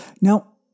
Now